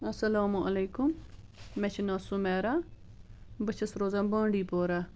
اسلامُ علیکُم مےٚ چھُ ناو سُمیرا بہٕ چھس روزان بانڈۍ پوراہ